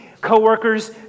coworkers